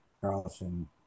carlson